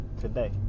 today